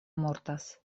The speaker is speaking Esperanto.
mortas